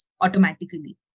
automatically